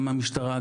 גם מהמשטרה,